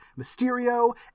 Mysterio